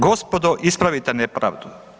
Gopodo ispravite nepravdu.